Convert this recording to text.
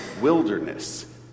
wilderness